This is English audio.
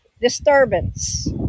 disturbance